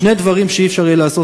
שני דברים שלא יהיה אפשר לעשות,